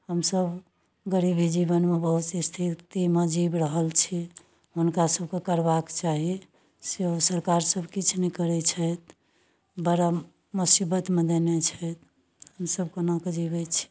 हमसभ गरीबी जीवनमे बहुत स्थितिमे जीवि रहल छी हुनका सभकेँ करबाक चाही सेहो सरकार सभकिछु नहि करै छथि बड़ा मोसीबतमे देने छथि हमसभ कोना कऽ जीवैत छी